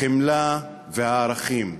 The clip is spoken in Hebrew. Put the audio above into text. החמלה והערכים?